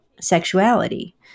sexuality